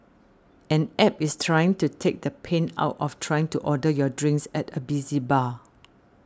an App is trying to take the pain out of trying to order your drinks at a busy bar